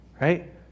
right